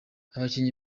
abakinnyi